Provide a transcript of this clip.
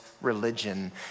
religion